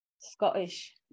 scottish